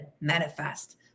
manifest